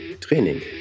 Training